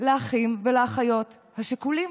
לאחים ולאחיות השכולים,